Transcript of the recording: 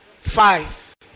five